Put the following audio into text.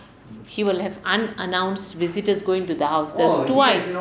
he will have unannounced visitors going to the house there's twice